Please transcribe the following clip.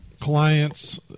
clients